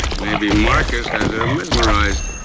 maybe marcus has her mesmerised.